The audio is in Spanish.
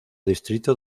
distrito